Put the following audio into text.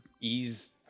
Ease